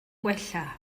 gwella